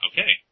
Okay